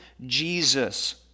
Jesus